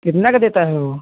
कितना का देता है वह